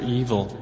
evil